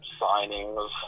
signings